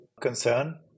concern